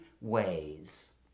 ways